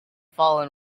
fallen